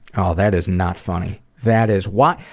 oh, that is not funny. that is why?